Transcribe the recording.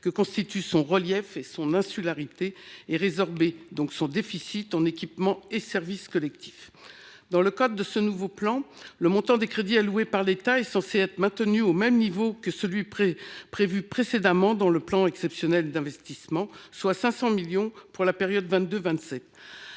que constituent son relief et son insularité, ainsi qu’à résorber son déficit en équipements et services collectifs. Dans le cadre de ce nouveau plan, le montant des crédits alloués par l’État est censé être maintenu au même niveau que celui prévu précédemment dans le PEI, soit 500 millions d’euros pour la période 2022